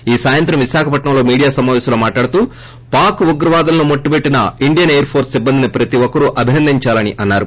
ఈ రోజు సాయంత్రం విశాఖపట్నంలో మీడియా సమాపేశ్లో మాట్లాడుతూ పాక్ ఉగ్రవాదులను మట్లుబెట్లిన ఇండియన్ ఎయిర్ ఫోర్స్ సిబ్బందిని ప్రతి ఒక్కరూ అభినందిందాలని అన్నారు